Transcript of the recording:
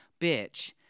bitch